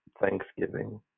thanksgiving